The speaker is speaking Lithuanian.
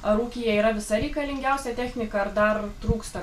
ar ūkyje yra visa reikalingiausia technika ar dar trūksta